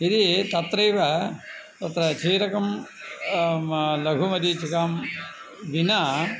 यदि तत्रैव तत्र छीरकं लघुमरीचिकां विना